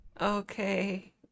Okay